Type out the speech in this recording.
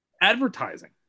Advertising